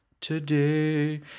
Today